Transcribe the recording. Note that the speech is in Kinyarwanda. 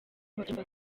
babyumva